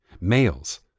males